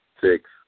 Six